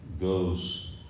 goes